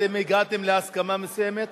אתם הגעתם להסכמה מסוימת?